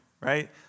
right